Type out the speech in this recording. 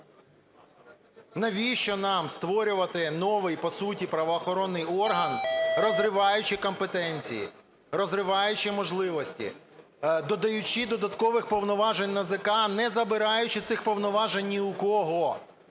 навіщо нам створювати, по суті, правоохоронний орган, розриваючи компетенції, розриваючи можливості, додаючи додаткових повноважень НАЗК, не забираючи цих повноважень ні в кого?